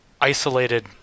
isolated